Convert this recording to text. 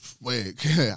wait